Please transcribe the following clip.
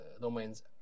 domains